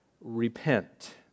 Repent